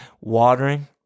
watering